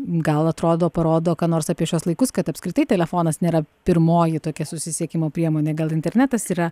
gal atrodo parodo ką nors apie šiuos laikus kad apskritai telefonas nėra pirmoji tokia susisiekimo priemonė gal internetas yra